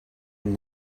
him